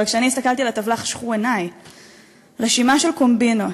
אבל כשאני הסתכלתי על הטבלה חשכו עיני רשימה של קומבינות.